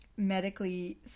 Medically